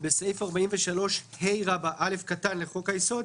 "תיקון סעיף 43ה 4. בסעיף 43ה(א) לחוק היסוד,